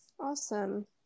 Awesome